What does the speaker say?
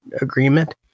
agreement